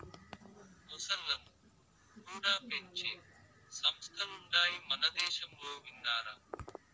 మొసల్లను కూడా పెంచే సంస్థలుండాయి మనదేశంలో విన్నారా